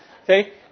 Okay